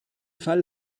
fall